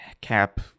cap